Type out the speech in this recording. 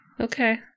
Okay